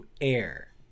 air